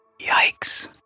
Yikes